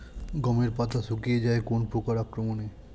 গমের পাতা শুকিয়ে যায় কোন পোকার আক্রমনে?